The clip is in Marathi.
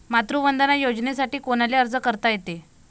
मातृवंदना योजनेसाठी कोनाले अर्ज करता येते?